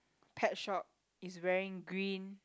pet shop is wearing green